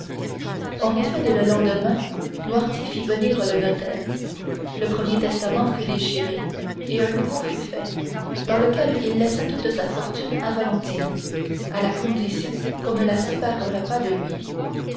en effet dès le lendemain noirtier fit venir le notaire le premier testament fut déchiré et un nouveau fut fait dans lequel il laissa toute sa fortune à valentine à la condition qu'on ne la séparerait pas de lui